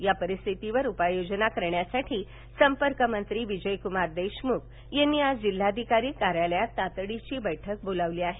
या परिस्थितीवर उपाय योजना करण्यासाठी संपर्कमंत्री विजयक्मार देशमुख यांनी आज जिल्हाधिकारी कार्यालयात तातडीची बैठक बोलावली आहे